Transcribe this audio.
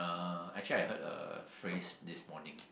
uh actually I heard a phrase this morning